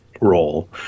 role